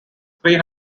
three